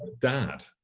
dad.